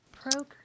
Procreate